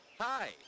Hi